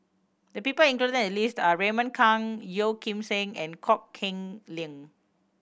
the people included in the list are Raymond Kang Yeo Kim Seng and Kok Keng Leun